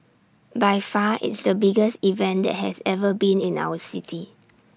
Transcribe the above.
by far it's the biggest event that has ever been in our city